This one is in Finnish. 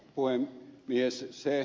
siitä mitä ed